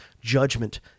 judgment